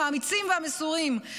האמיצים והמסורים,